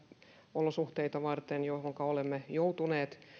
olosuhteita varten joihinka olemme joutuneet